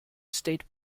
state